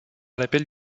l’appel